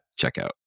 checkout